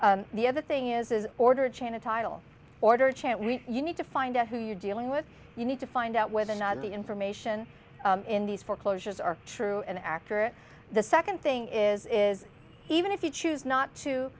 the other thing is order a chain a title order a chance you need to find out who you're dealing with you need to find out whether or not the information in these foreclosures are true and accurate the second thing is is even if you choose not to